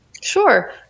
Sure